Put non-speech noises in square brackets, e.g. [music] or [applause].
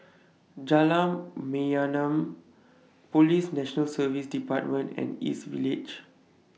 [noise] Jalan Mayaanam Police National Service department and East Village